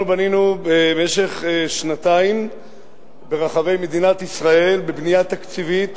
אנחנו בנינו במשך שנתיים ברחבי מדינת ישראל בבנייה תקציבית,